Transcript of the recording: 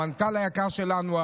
המנכ"ל היקר שלנו,